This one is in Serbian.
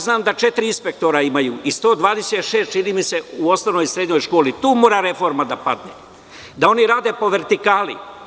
Znam da imaju četiri inspektora i čini mi se 126 u osnovnoj i srednjoj školi, tu mora reforma da padne, da oni rade po vertikali.